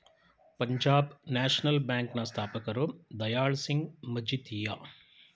Punjab national bank ನ ಸ್ಥಾಪಕರು ದಯಾಳ್ ಸಿಂಗ್ ಮಜಿತಿಯ